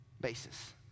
basis